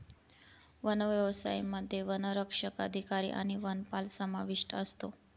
one व्यवसायामध्ये वनसंरक्षक अधिकारी आणि वनपाल समाविष्ट असतो